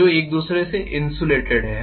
जो एक दूसरे से इन्सुलेटेड हैं